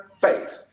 faith